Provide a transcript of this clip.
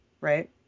Right